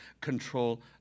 control